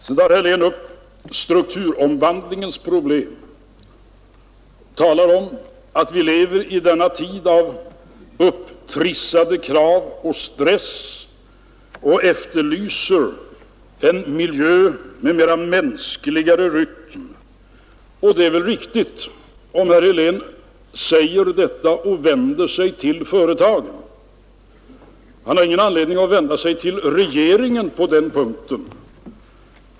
Sedan tog herr Helén upp strukturomvandlingens problem och talade om att vi lever i en tid av upptrissade krav och stress. Han efterlyste en miljö med mera mänsklig rytm. Och det är väl riktigt, om herr Helén säger detta och vänder sig till företagen. Han har ingen anledning att vända sig till regeringen på den punkten.